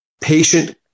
patient